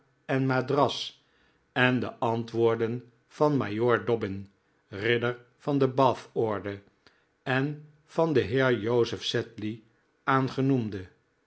en madras en de antwoorden van majoor dobbin ridder van de bathorde en van den heer joseph sedley aan